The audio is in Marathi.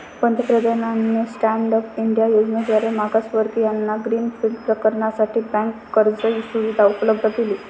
पंतप्रधानांनी स्टँड अप इंडिया योजनेद्वारे मागासवर्गीयांना ग्रीन फील्ड प्रकल्पासाठी बँक कर्ज सुविधा उपलब्ध केली